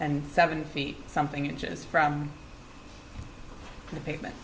and seven feet something inches from the pavement